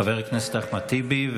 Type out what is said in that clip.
חבר הכנסת אחמד טיבי,